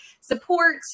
support